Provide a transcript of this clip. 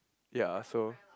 ya so